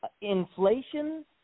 inflation